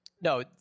No